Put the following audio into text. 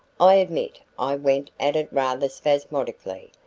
i admit i went at it rather spasmodically,